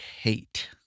hate